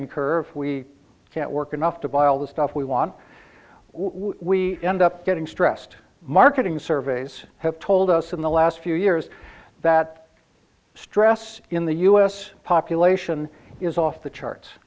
incur we can't work enough to buy all the stuff we want we end up getting stressed marketing surveys have told us in the last few years that stress in the us population is off the